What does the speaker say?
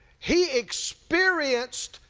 he experienced,